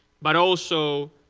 but also